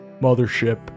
mothership